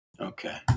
Okay